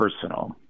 personal